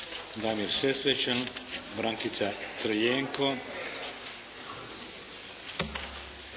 Damir Sesvečan, Brankica Crljenko.